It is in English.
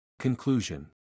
Conclusion